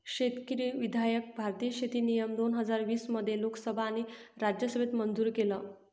शेतकरी विधायक भारतीय शेती नियम दोन हजार वीस मध्ये लोकसभा आणि राज्यसभेत मंजूर केलं